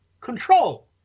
control